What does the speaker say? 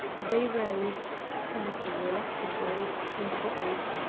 they rose some of them reluctantly from the bottles,